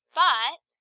But